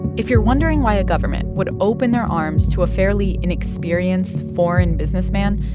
if you're wondering why a government would open their arms to a fairly inexperienced foreign businessman,